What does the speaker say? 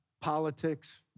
politics